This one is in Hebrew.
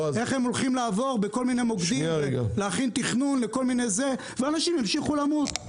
איך הם הולכים לעבור בכל מיני מוקדים להכין תכנון ואנשים ימשיכו למות.